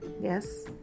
Yes